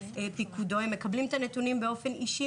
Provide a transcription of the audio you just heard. פיקודו הם מקבלים את הנתונים מיוהל"ם באופן אישי,